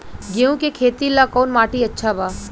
गेहूं के खेती ला कौन माटी अच्छा बा?